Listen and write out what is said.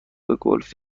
گلف